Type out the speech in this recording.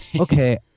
okay